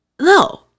no